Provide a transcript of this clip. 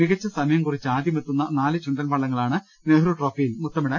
മികച്ചസമയം കുറിച്ച് ആദ്യമെത്തുന്ന നാലു ചുണ്ടൻവള്ളങ്ങളാണ് നെഹ്റു ട്രോഫിയിൽ മുത്തമിടാൻ മത്സരിക്കുക